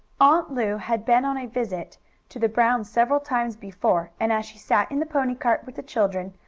aunt lu had been on a visit to the brown's several times before, and as she sat in the pony cart with the children,